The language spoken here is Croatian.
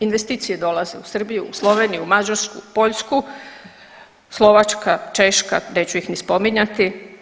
Investicije dolaze u Srbiju, u Sloveniju, u Mađarsku, Poljsku, Slovačka, Češka neću ih ni spominjati.